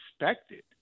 expected